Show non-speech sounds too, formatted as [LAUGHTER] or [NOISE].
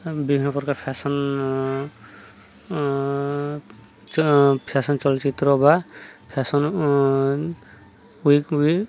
ବିଭିନ୍ନ ପ୍ରକାର ଫ୍ୟାସନ୍ ଚ ଫ୍ୟାସନ୍ ଚଳଚ୍ଚିତ୍ର ବା ଫ୍ୟାସନ୍ [UNINTELLIGIBLE]